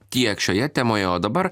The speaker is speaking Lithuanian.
tiek šioje temoje o dabar